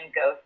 go